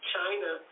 China